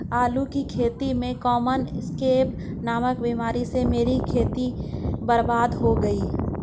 आलू की खेती में कॉमन स्कैब नामक बीमारी से मेरी खेती बर्बाद हो गई